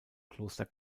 kloster